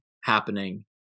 happening